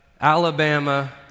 Alabama